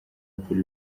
agakora